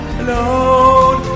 alone